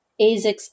Asics